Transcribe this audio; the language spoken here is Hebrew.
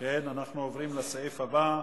הבא: